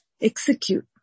execute